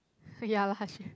ya lah she